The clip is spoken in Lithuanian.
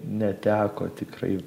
neteko tikrai